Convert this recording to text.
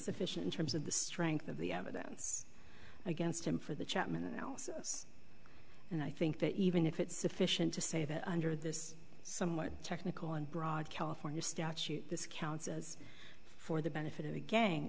sufficient terms of the strength of the evidence against him for the judgment and i think that even if it's sufficient to say that under this somewhat technical and broad california statute this counts as for the benefit of the gang